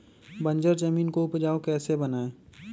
बंजर जमीन को उपजाऊ कैसे बनाय?